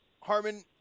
Harmon